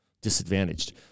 disadvantaged—